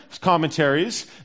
commentaries